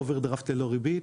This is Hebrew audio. אוברדראפט ללא ריבית.